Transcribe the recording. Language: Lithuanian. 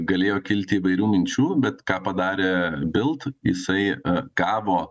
galėjo kilti įvairių minčių bet ką padarė bilt jisai a kavo